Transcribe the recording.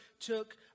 took